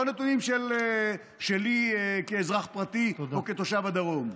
לא נתונים שלי כאזרח פרטי או כתושב הדרום.